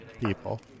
people